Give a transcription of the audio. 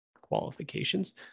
qualifications